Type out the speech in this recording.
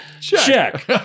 Check